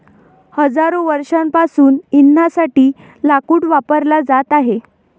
हजारो वर्षांपासून इंधनासाठी लाकूड वापरला जात आहे